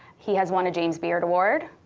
he has won a james beard award,